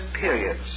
periods